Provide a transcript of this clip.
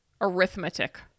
Arithmetic